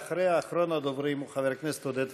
ואחריה אחרון הדוברים הוא חבר הכנסת עודד פורר.